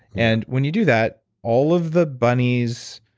and when you do that all of the bunnies,